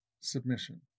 submission